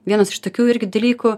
vienas iš tokių irgi dalykų